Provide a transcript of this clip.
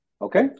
Okay